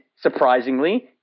surprisingly